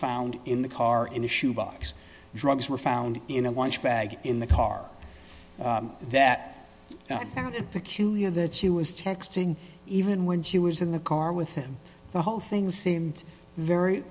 found in the car in a shoe box drugs were found in a lunch bag in the car that i found it peculiar that she was texting even when she was in the car with him the whole thing seemed very